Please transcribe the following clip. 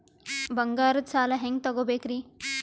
ಬಂಗಾರದ್ ಸಾಲ ಹೆಂಗ್ ತಗೊಬೇಕ್ರಿ?